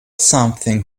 something